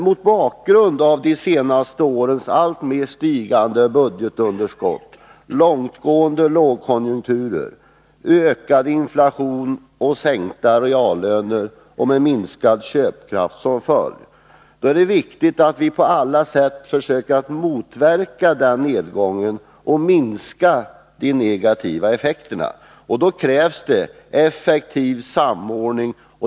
Mot bakgrund av de senaste årens alltmer stigande budgetunderskott, långtgående lågkonjunkturer, ökade inflation och sänkta reallöner, med minskad köpkraft som följd, är det viktigt att på alla sätt försöka motverka denna nedgång och minska de negativa effekterna. Då krävs det effektiv samordning.